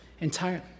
entirely